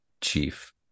chief